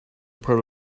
part